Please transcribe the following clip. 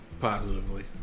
positively